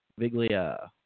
Viglia